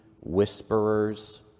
whisperers